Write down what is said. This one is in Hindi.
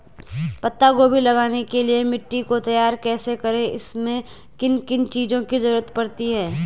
पत्ता गोभी लगाने के लिए मिट्टी को तैयार कैसे करें इसमें किन किन चीज़ों की जरूरत पड़ती है?